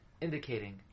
indicating